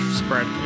spread